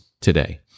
today